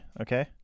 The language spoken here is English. okay